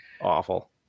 awful